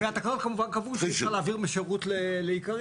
והתקנות כמובן קבעו שאפשר להעביר משירות לעיקרי,